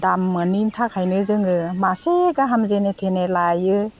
दाम मोनिनि थाखायनो जोङो मासे गाहाम जेने थेने लायो